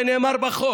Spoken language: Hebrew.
וזה נאמר בחוק,